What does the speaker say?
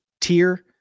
tier